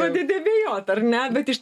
pradedi abejot ar ne bet iš